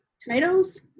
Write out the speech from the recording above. tomatoes